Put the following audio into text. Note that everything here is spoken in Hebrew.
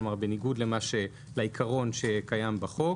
כלומר בניגוד לעיקרון שקיים בחוק,